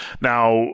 now